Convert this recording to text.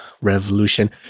revolution